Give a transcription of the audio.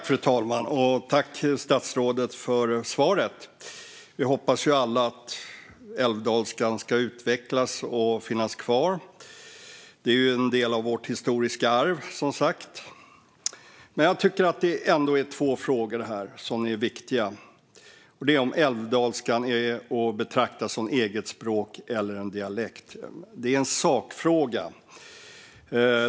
Fru talman! Jag tackar statsrådet för svaret. Vi hoppas alla att älvdalskan ska utvecklas och finnas kvar. Den är som sagt en del av vårt historiska arv. Jag tycker att det är två frågor här som är viktiga. Den ena är om älvdalskan är att betrakta som ett eget språk eller en dialekt. Det är en sakfråga.